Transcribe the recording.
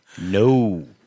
No